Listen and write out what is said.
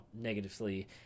negatively